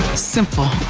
simple.